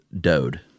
Dode